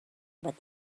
but